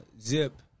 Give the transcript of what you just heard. zip